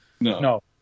No